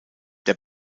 der